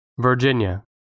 Virginia